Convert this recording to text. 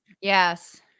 Yes